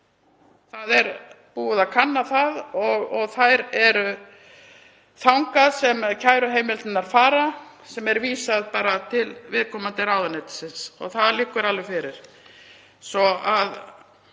Það er búið að kanna það og það er þangað sem kæruheimildirnar fara, þeim er vísað til viðkomandi ráðuneytis. Það liggur alveg fyrir.